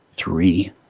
Three